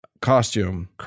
costume